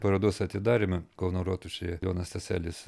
parodos atidaryme kauno rotušėje jonas staselis